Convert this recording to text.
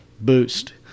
boost